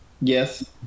yes